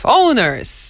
owners